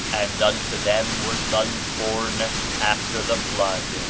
and unto them were sons born after the flood.